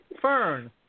Fern